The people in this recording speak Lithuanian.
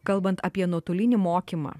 kalbant apie nuotolinį mokymą